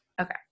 Okay